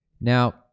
Now